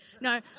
No